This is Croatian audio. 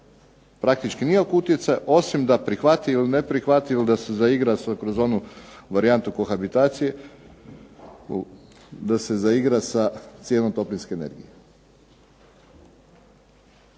praktički nikakav utjecaj osim da prihvati ili ne prihvati ili da se zaigra kroz onu varijantu kohabitacije, da se zaigra sa cijenom toplinske energije.